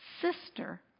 sister